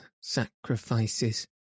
sacrifices